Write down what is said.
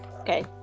Okay